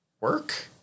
work